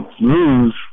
lose